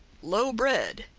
low-bred,